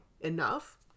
enough